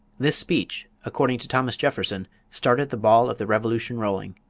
this speech, according to thomas jefferson, started the ball of the revolution rolling.